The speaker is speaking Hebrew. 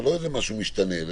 זה לא משהו שמשתנה.